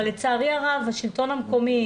אבל לצערי הרב השלטון המקומי,